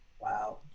Wow